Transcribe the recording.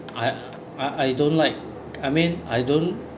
I I I don't like I mean I don't